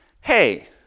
hey